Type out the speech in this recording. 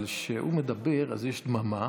אבל כשהוא מדבר יש דממה